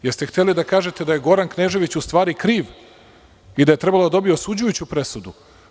Da li ste hteli da kažete da je Goran Knežević u stvari kriv i da je trebalo da dobije osuđujuću presudu?